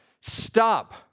Stop